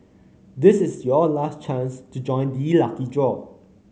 this is your last chance to join the lucky draw